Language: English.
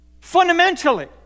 fundamentally